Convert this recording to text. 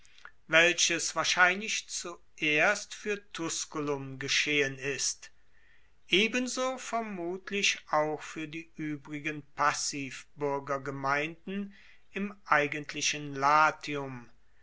welches wahrscheinlich zuerst fuer tusculum geschehen ist ebenso vermutlich auch fuer die uebrigen passivbuergergemeinden im eigentlichen latium